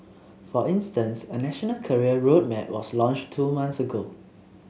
for instance a national career road map was launched two months ago